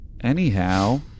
Anyhow